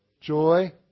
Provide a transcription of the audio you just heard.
joy